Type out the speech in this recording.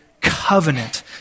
covenant